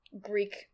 greek